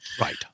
Right